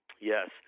yes